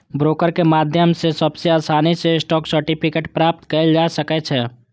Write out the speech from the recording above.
broker के माध्यम सं सबसं आसानी सं स्टॉक सर्टिफिकेट प्राप्त कैल जा सकै छै